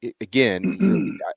again